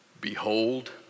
Behold